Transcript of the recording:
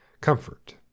comfort